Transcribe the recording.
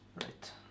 Right